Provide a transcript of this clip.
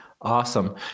awesome